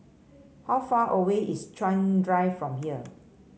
how far away is Chuan Drive from here